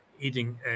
eating